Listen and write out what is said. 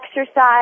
exercise